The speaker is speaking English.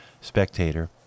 Spectator